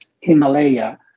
himalaya